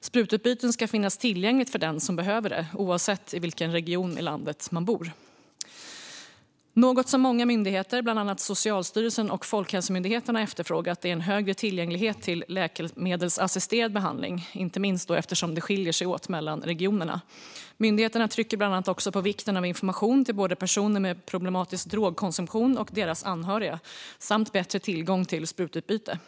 Sprututbyten ska finnas tillgängliga för den som behöver det, oavsett i vilken region i landet man bor. Något som många myndigheter, bland annat Socialstyrelsen och Folkhälsomyndigheten, har efterfrågat är en större tillgänglighet till läkemedelsassisterad behandling, inte minst eftersom det skiljer sig åt mellan regionerna. Myndigheterna trycker bland annat på vikten av information till både personer med problematisk drogkonsumtion och deras anhöriga samt bättre tillgång till sprututbyte.